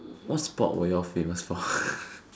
what sport were you all famous for